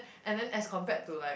and then as compared to like